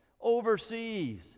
overseas